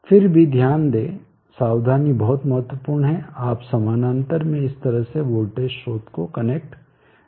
फिर भी ध्यान दें सावधानी बहुत महत्वपूर्ण है आप समानांतर में इस तरह से वोल्टेज स्रोत को कनेक्ट नहीं कर सकते